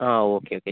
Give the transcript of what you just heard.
ആ okay okay